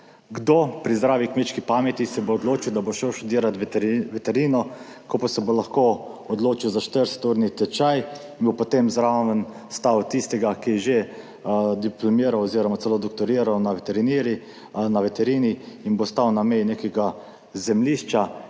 Kdo pri zdravi kmečki pameti se bo odločil, da bo šel študirat veterino, ko pa se bo lahko odločil za 40-urni tečaj in bo potem stal zraven tistega, ki je že diplomiral oziroma celo doktoriral na veterini, in bo stal na meji nekega zemljišča